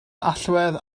allwedd